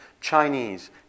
Chinese